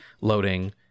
loading